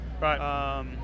right